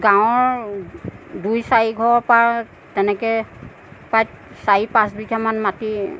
গাঁৱৰ দুই চাৰিঘৰৰ পৰা তেনেকৈ প্ৰায় চাৰি পাঁচ বিঘা মান মাটি